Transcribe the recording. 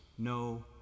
no